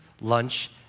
lunch